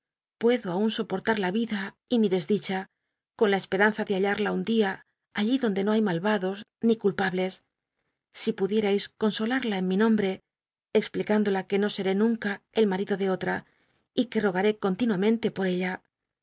puedo aun soportar la vida y mi desdicha con la esperanza de hallarla un dia allí donde no hay malvados ni culpables si pudierais consolarla en mi nombre explicándola que no seré nunca el mal'ido de otta y que rogaré continuamen te por ella